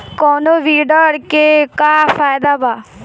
कौनो वीडर के का फायदा बा?